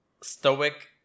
stoic